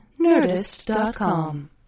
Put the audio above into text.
Nerdist.com